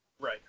right